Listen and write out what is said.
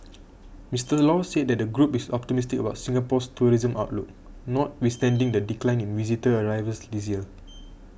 Mister Law said the group is optimistic about Singapore's tourism outlook notwithstanding the decline in visitor arrivals this year